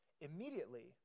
immediately